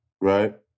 right